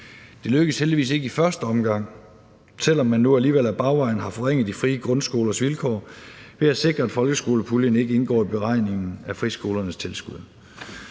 Det lykkedes heldigvis ikke i første omgang, selv om man nu alligevel ad bagvejen har forringet de frie grundskolers vilkår ved at sikre, at folkeskolepuljen ikke indgår i beregningen af friskolernes tilskud.